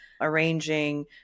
arranging